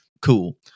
Cool